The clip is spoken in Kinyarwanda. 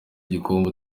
igikombe